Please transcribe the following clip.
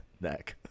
Neck